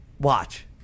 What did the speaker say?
Watch